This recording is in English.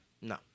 No